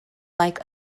like